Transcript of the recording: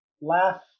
Laugh